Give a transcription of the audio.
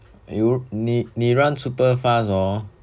你 run super fast hor